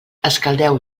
escaldeu